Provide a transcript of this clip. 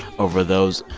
over those,